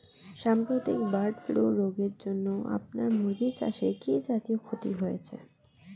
সাম্প্রতিক bird flu রোগের জন্য আপনার মুরগি চাষে কি জাতীয় ক্ষতি হয়েছে?